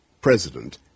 President